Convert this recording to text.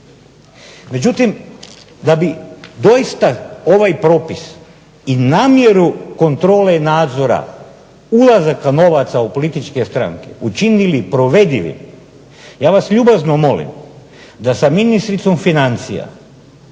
Međutim da bi doista ovaj propis i namjeru kontrole nadzora ulazak novaca u političke stranke učinili provedivim, ja vas ljubazno molim da sa ministricom financija